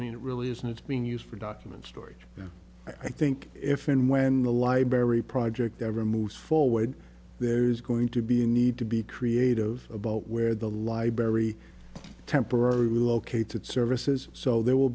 mean it really is and it's being used for documents story i think if and when the library project ever moves forward there's going to be a need to be creative about where the library temporary located services so there will